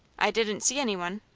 i didn't see any one.